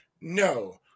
no